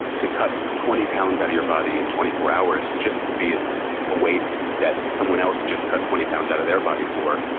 to cut twenty pounds out of your body in twenty four hours just to be a weight that someone else just cut twenty pounds out of their body for,